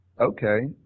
Okay